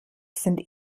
sind